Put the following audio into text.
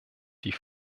die